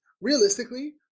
realistically